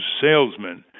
salesmen